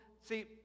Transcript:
See